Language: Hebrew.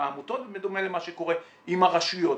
העמותות ובדומה למה שקורה עם הרשויות,